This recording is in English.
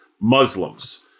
Muslims